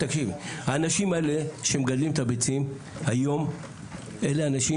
האנשים שמגדלים את הביצים היום הם אנשים